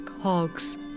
hogs